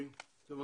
14